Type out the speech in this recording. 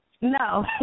No